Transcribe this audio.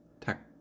tech